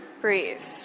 Breathe